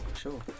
sure